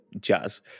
jazz